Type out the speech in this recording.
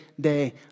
day